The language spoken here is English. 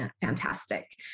fantastic